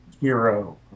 hero